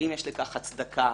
או התחיל דיון אבל זה נמשך, התחלף,